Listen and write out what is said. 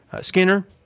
Skinner